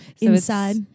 inside